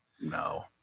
no